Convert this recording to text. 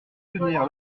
soutenir